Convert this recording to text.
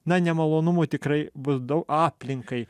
na nemalonumų tikrai bus daug aplinkai